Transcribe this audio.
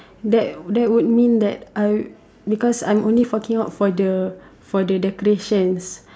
that that would mean that I because I'm only forking out for the for the decorations